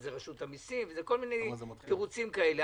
זה רשות המיסים וכל מיני תירוצים כאלה.